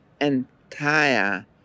entire